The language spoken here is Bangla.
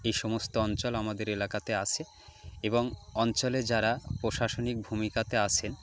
এই সমস্ত অঞ্চল আমাদের এলাকাতে আছে এবং অঞ্চলে যারা প্রশাসনিক ভূমিকাতে আছেন